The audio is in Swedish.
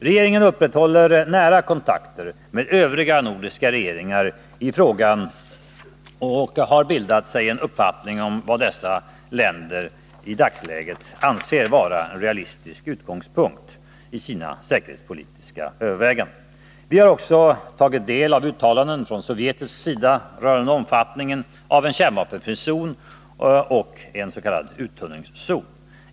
Regeringen upprätthåller nära kontakter med övriga nordiska regeringar i frågan och har bildat sig en uppfattning om vad dessa länder i dagsläget anser vara realistisk utgångspunkt i sina säkerhetspolitiska intressen. Vi har också tagit del av uttalanden från sovjetisk sida rörande omfattningen av en kärnvapenfri zon och en s.k. uttunningszon.